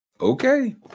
Okay